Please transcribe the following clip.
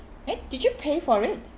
eh did you pay for it